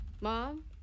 Mom